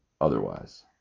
otherwise